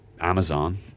Amazon